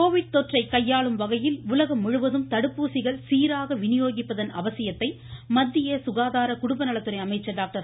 Covid தொற்றை கையாளும் வகையில் உலகம் முழுவதும் தடுப்பூசிகள் சீராக வினியோகிப்பதன் அவசியத்தை மத்திய சுகாதார குடும்பநலத்துறை அமைச்சா் டாக்டர்